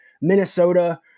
Minnesota